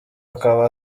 akaba